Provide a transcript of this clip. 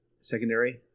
secondary